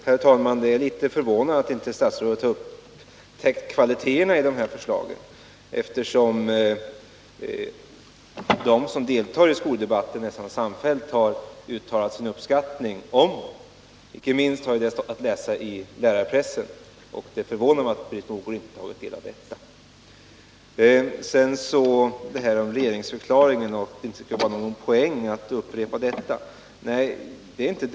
Herr talman! Jag är litet förvånad över att statsrådet inte hade upptäckt kvalitéerna i de här förslagen. eftersom de som deltar i skoldebatten nästan samfällt har uttalat sin uppskattning av dem. Inte minst har det stått att läsa i lärarpressen. Det förvånar mig att Britt Mogård inte har tagit del av detta. Britt Mogård tyckte inte det var någon poäng i att upprepa frågan om regeringsförklaringen.